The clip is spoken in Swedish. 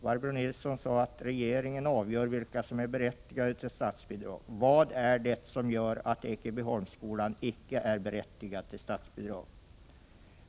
Barbro Nilsson i Örnsköldsvik sade att regeringen avgör vilka skolor som är berättigade till statsbidrag. Vad är det som gör att Ekebyholmsskolan inte är berättigad till statsbidrag?